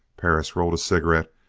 perris rolled a cigarette,